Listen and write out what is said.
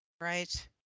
Right